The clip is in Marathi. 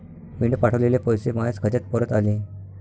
मीन पावठवलेले पैसे मायाच खात्यात परत आले